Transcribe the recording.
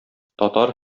татар